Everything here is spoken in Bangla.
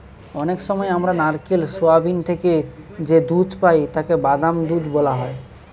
অনেক সময় আমরা নারকেল, সোয়াবিন থেকে যে দুধ পাই তাকে বাদাম দুধ বলা হয়